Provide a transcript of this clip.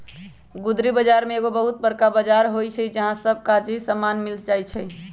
गुदरी बजार में एगो बहुत बरका बजार होइ छइ जहा सब काम काजी समान मिल जाइ छइ